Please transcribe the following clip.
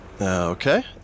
Okay